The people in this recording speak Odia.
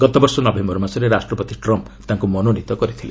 ଗତବର୍ଷ ନଭେୟର ମାସରେ ରାଷ୍ଟ୍ରପତି ଟ୍ରମ୍ପ୍ ତାଙ୍କୁ ମନୋନୀତ କରିଥିଲେ